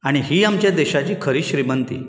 आनी ही आमचे देशाची खरी श्रिमंती